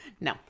No